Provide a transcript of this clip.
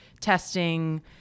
testing